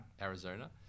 Arizona